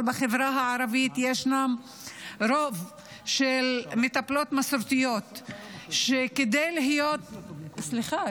אבל בחברה הערבית ישנו רוב של מטפלות מסורתיות שכדי להיות -- סליחה,